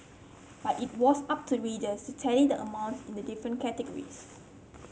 but it was up to readers to tally the amounts in the different categories